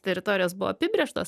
teritorijos buvo apibrėžtos